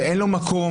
שאין לו מקום,